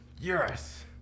Yes